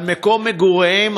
על מקום מגוריהם,